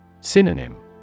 Synonym